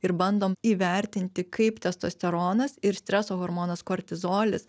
ir bandom įvertinti kaip testosteronas ir streso hormonas kortizolis